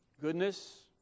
Goodness